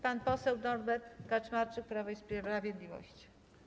Pan poseł Norbert Kaczmarczyk, Prawo i Sprawiedliwość.